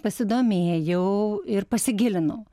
pasidomėjau ir pasigilinau